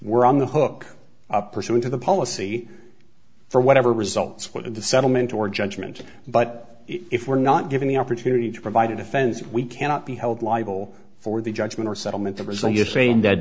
we're on the hook up pursuant to the policy for whatever results with the settlement or judgment but if we're not given the opportunity to provide a defense we cannot be held liable for the judgment or settlement the result you're saying that